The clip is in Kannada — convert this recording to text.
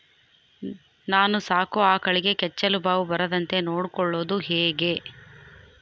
ನಾನು ಸಾಕೋ ಆಕಳಿಗೆ ಕೆಚ್ಚಲುಬಾವು ಬರದಂತೆ ನೊಡ್ಕೊಳೋದು ಹೇಗೆ?